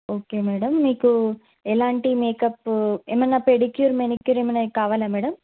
okay madam మీకు ఎలాంటి makeup ఏమైనా పెడిక్యూర్ మెనిక్యూర్ ఏమైనా కావాలా మేడం